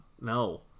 no